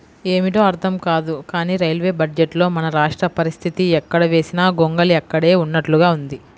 ఏమిటో అర్థం కాదు కానీ రైల్వే బడ్జెట్లో మన రాష్ట్ర పరిస్తితి ఎక్కడ వేసిన గొంగళి అక్కడే ఉన్నట్లుగా ఉంది